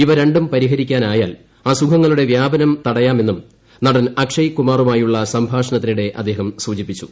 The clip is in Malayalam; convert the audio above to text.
ഇവ ര ും പരിഹരിക്കാനായാൽ അസുഖങ്ങളുടെ വ്യാപനം തടയാമെന്നും നടൻ അക്ഷയ്കുമാറുമായുള്ള സംഭാഷണത്തിനിടെ അദ്ദേഹം സൂചിപ്പിച്ചു